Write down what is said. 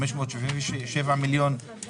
577 לצפון וכולי,